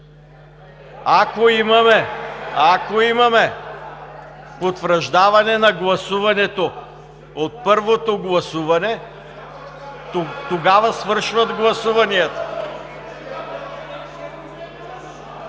Ако имаме потвърждаване на гласуването от първото гласуване, тогава свършват гласуванията.